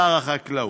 שר החקלאות.